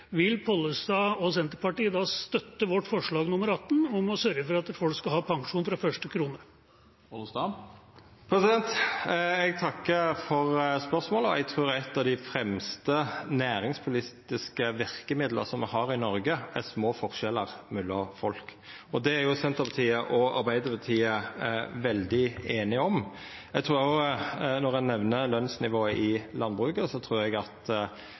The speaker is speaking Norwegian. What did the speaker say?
Vil Pollestad og Senterpartiet støtte vårt forslag nr. 18 om å sørge for at folk skal ha pensjon fra første krone? Eg takkar for spørsmålet. Eg trur eit av de fremste næringspolitiske verkemidla me har i Noreg, er små forskjellar mellom folk. Det er Senterpartiet og Arbeidarpartiet veldig einige om. Når ein nemner lønsnivået i landbruket, trur eg at